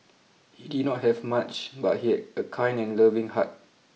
he did not have much but he had a kind and loving heart